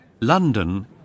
London